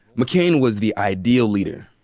mccain was the ideal leader.